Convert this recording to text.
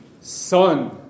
Son